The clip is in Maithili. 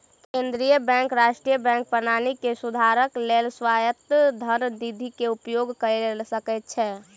केंद्रीय बैंक राष्ट्रीय बैंक प्रणाली के सुधारक लेल स्वायत्त धन निधि के उपयोग कय सकै छै